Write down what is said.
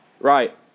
Right